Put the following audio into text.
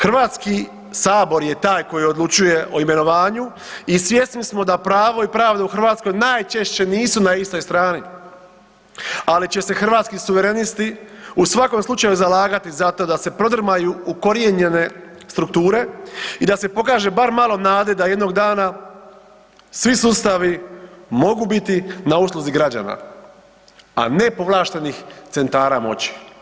HS je taj koji odlučuje o imenovanju i svjesni smo da pravo i pravda u Hrvatskoj najčešće nisu na istoj strani, ali će se Hrvatski suverenisti u svakom slučaju zalagati za to da se prodrmaju ukorijenjene strukture i da se pokaže bar malo nade da jednog dana svi sustavi mogu biti na usluzi građana, a ne povlaštenih centara moći.